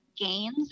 gains